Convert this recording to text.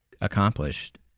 accomplished